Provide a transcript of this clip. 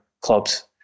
clubs